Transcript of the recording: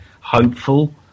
hopeful